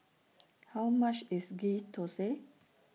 How much IS Ghee Thosai